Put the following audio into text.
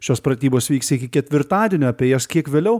šios pratybos vyks iki ketvirtadienio apie jas kiek vėliau